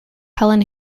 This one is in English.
helen